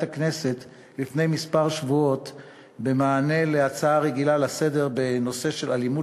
הכנסת במענה על הצעה רגילה לסדר-היום בנושא אלימות